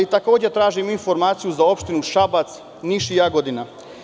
Takođe, tražim informaciju za opštine Šabac, Niš i Jagodina.